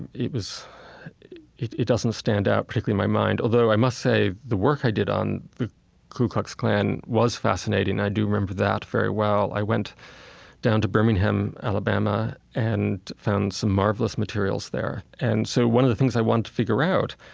and it was it it doesn't stand out particularly in my mind. although i must say the work i did on the ku klux klan was fascinating. i do remember that very well. i went down to birmingham, alabama, and found some marvelous materials there. and so, one of the things i wanted to figure out